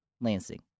Lansing